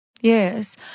Yes